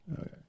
Okay